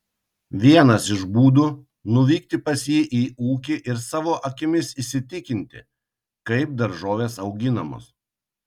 vienas iš būdų nuvykti pas jį į ūkį ir savo akimis įsitikinti kaip daržovės auginamos